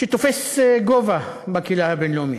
שתופס גובה בקהילה הבין-לאומית,